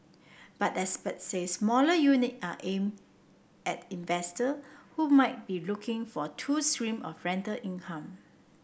but experts says smaller unit are aimed at investor who might be looking for two stream of rental income